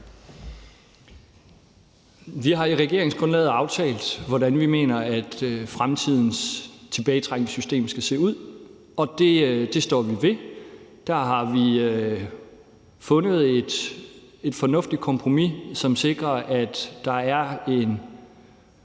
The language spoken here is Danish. Vi har i regeringsgrundlaget aftalt, hvordan vi mener at fremtidens tilbagetrækningssystem skal se ud, og det står vi ved. Der har vi fundet et fornuftigt kompromis, som sikrer, at der er en